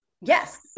Yes